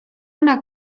una